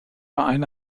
eine